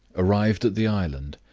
arrived at the island,